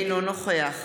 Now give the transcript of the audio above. אינו נוכח